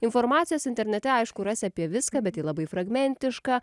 informacijos internete aišku rasi apie viską bet ji labai fragmentiška